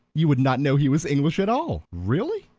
you would not know he was english at all. really?